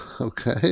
okay